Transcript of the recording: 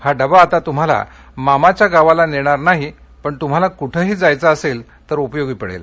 हा डबा आता तुम्हाला मामाच्या गावाला नेणार नाही पण तुम्हाला कुठेही जायचं असेल तर उपयोगी पडेल